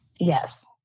Yes